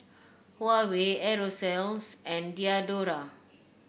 Huawei Aerosoles and Diadora